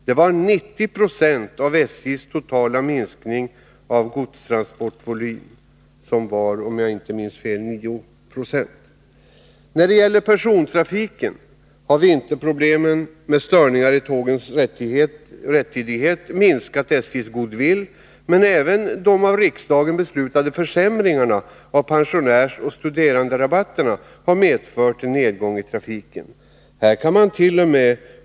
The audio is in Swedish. Det var 90 92 av SJ:s totala minskning i godstransportvolym, som var 9 96, om jag inte minns fel. När det gäller persontrafiken har vinterproblemen, med störningar i tågens rättidighet osv., minskat SJ:s goodwill, men även de av riksdagen beslutade försämringarna av pensionärsoch studeranderabatterna har medfört en nedgång i trafiken. Här kan mant.o.m.